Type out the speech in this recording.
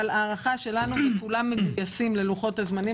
אבל ההערכה שלנו שכולם מגויסים ללוחות הזמנים